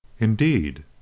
Indeed